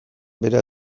bere